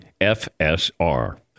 FSR